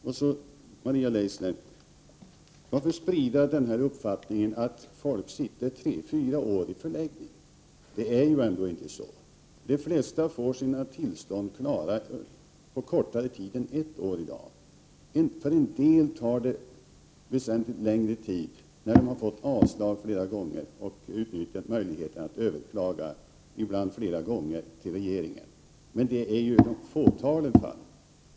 Och, Maria Leissner, varför sprida uppfattningen att folk sitter tre fyra år i förläggning? Det är ju inte så. De flesta får i dag sina tillstånd på kortare tid än ett år. För en del tar det väsentligt längre tid, när de har fått avslag och utnyttjat möjligheten att överklaga till regeringen, ibland flera gånger, men det gäller ju fåtalet fall.